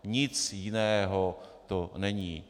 Nic jiného to není.